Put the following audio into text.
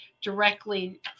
directly